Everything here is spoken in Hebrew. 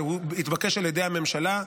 שהתבקש על ידי הממשלה,